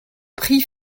prix